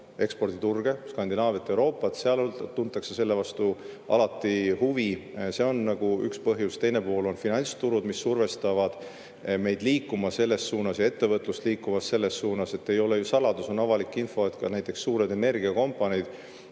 eksporditurge, Skandinaaviat ja Euroopat, siis näeme, et seal tuntakse selle vastu alati huvi. See on üks põhjus. Teine pool on finantsturud, mis survestavad meid liikuma selles suunas ja ettevõtlust liikuma selles suunas. Ei ole ju saladus, on avalik info, et ka näiteks suured energiakompaniid